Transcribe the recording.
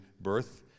birth